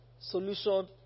solution